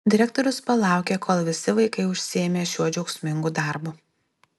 direktorius palaukė kol visi vaikai užsiėmė šiuo džiaugsmingu darbu